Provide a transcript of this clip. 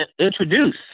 introduce